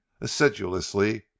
assiduously